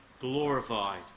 glorified